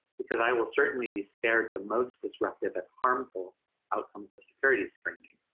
because i will certainly be spared the most disruptive and harmful outcomes of security screening.